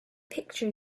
picture